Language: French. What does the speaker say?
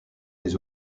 des